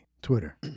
Twitter